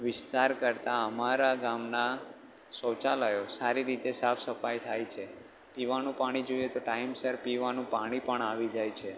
વિસ્તાર કરતાં અમારાં ગામનાં શૌચાલયો સારી રીતે સાફ સફાઇ થાય છે પીવાનું પાણી જોઈએ તો ટાઈમસર પીવાનું પાણી પણ આવી જાય છે